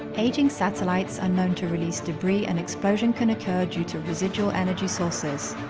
aging satellites are known to release debris and explosion can occur due to residual energy sources.